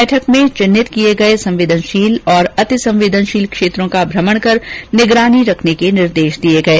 बैठक में चिन्हित किए गए संवेदनशील और अतिसंवेदनशील क्षेत्रों का भ्रमण कर निगरानी रखने के निर्देश दिए गये